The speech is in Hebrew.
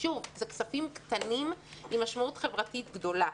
שוב, זה כספים קטנים עם משמעות חברתית גדולה.